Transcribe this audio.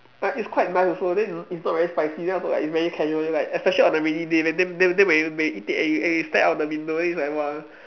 like it's quite nice also then it's not very spicy then also like it's very casually like especially on a rainy day then then then when you when you eat it and you and you stare out the window then it's like !wah!